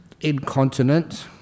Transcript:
incontinent